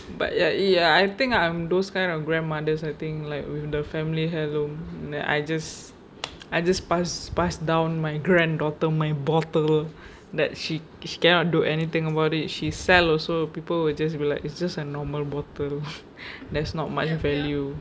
but ya ya I think I'm those kind of grandmothers I think like with the family heirloom that I just I just pass pass down my granddaughter my bottle that she cannot do anything about it she sell also people will just realise it's just a normal bottle that's not much value